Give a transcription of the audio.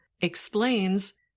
explains